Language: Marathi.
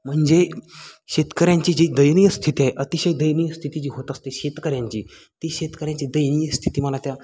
म्हणजे शेतकऱ्यांची जी दयनीय स्थिती आहे अतिशय दयनीय स्थिती जी होत असते शेतकऱ्यांची ती शेतकऱ्यांची दयनीय स्थिती मला त्या